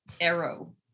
Arrow